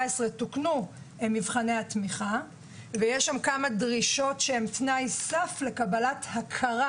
תוקנו מבחני התמיכה ויש שם כמה דרישות שהן תנאי סף לקבלת הכרה.